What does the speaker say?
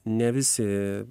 ne visi